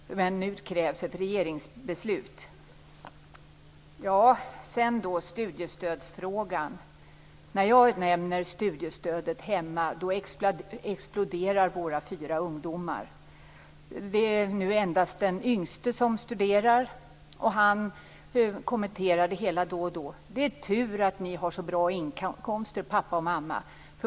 Men nu krävs ett regeringsbeslut. Sedan har vi studiestödsfrågan. När jag nämner studiestödet hemma exploderar våra fyra ungdomar. Det är nu endast den yngste som studerar. Då och då kommenterar han det hela: Det är tur att ni har så bra inkomster, pappa och mamma.